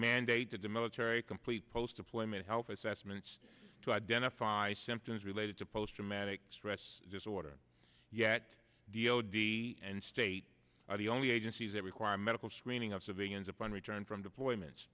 mandate that the military complete post deployment health assessments to identify symptoms related to post traumatic stress disorder yet d o d and state are the only agencies that require medical screening of civilians upon return from deployments